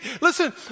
Listen